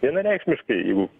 vienareikšmiškai jeigu